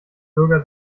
bürger